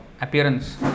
appearance